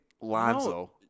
Lonzo